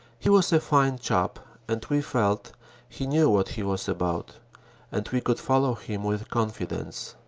he was a fine chap and we felt he knew what he was about and we could follow him with confidence.